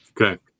okay